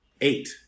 Eight